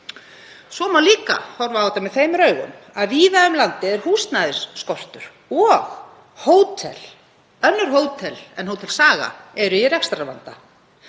Svo má líka horfa á þetta með þeim augum að víða um land er húsnæðisskortur og önnur hótel en Hótel Saga eru í rekstrarvanda.